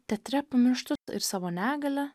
teatre pamirštu savo negalią